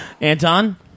Anton